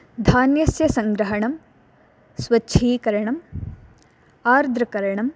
धान्यस्य संग्रहणं स्वच्छीकरणम् आर्द्रकरणम्